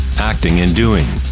acting and doing,